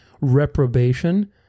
reprobation